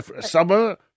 Summer